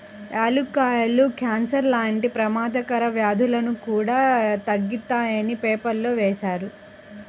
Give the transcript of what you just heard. యాలుక్కాయాలు కాన్సర్ లాంటి పెమాదకర వ్యాధులను కూడా తగ్గిత్తాయని పేపర్లో వేశారు